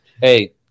hey